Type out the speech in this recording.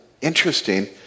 interesting